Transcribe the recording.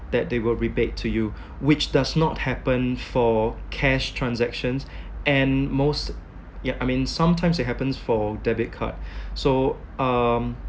that they will rebate to you which does not happen for cash transactions and most ya I mean sometimes it happens for debit card so um